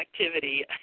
activity